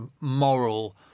moral